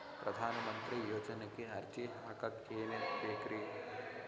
ಪ್ರಧಾನಮಂತ್ರಿ ಯೋಜನೆಗೆ ಅರ್ಜಿ ಹಾಕಕ್ ಏನೇನ್ ಬೇಕ್ರಿ?